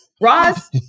Ross